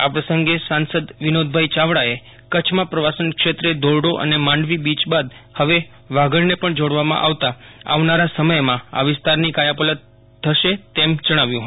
આ પ્રંસગે સાંસદશ્રી વિનોદ યાવડાએ કચ્છમાં પ્રવાસન ક્ષેત્રે ધોરડો અને માંડવી બીય બાદ હવે વાગડને પણ જોડવામાં આવતા આવનાર સમયમાં આ વિસ્તારની કાયાપલટ થશે તેમ જણાવ્યું હતું